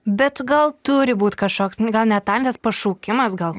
bet gal turi būt kažkoks gal ne talentas pašaukimas gal